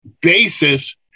basis